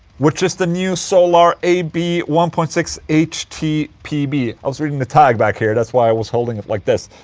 which is the new solar a b one point six h t p b i was reading the tag back here, that's why i was holding it like this.